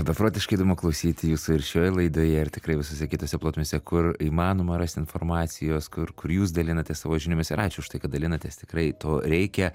beprotiškai įdomu klausyti jūsų ir šioje laidoje ir tikrai visose kitose plotmėse kur įmanoma rasti informacijos kur kur jūs dalinatės savo žiniomis ir ačiū už tai kad dalinatės tikrai to reikia